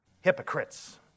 hypocrites